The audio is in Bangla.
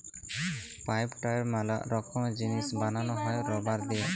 পাইপ, টায়র ম্যালা রকমের জিনিস বানানো হ্যয় রাবার দিয়ে